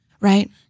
Right